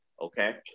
Okay